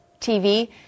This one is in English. TV